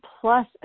plus